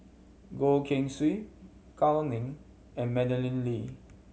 Goh Keng Swee Gao Ning and Madeleine Lee